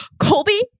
Colby